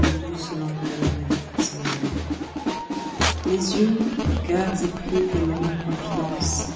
de douces langueurs et des frissons amers les unes cœurs épris des longues confidences